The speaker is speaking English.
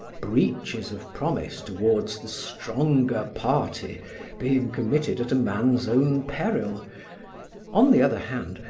breaches of promise towards the stronger party being committed at a man's own peril on the other hand,